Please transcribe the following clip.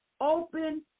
Open